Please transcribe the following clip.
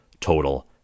total